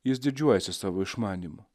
jis didžiuojasi savo išmanymu